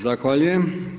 Zahvaljujem.